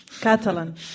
Catalan